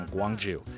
Guangzhou